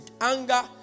anger